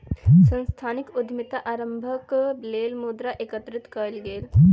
सांस्थानिक उद्यमिता आरम्भक लेल मुद्रा एकत्रित कएल गेल